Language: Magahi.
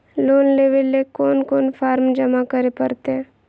लोन लेवे ले कोन कोन फॉर्म जमा करे परते?